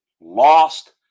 lost